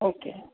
okay